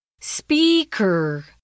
Speaker